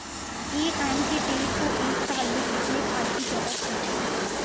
एक आम के पेड़ को एक साल में कितने खाद की जरूरत होती है?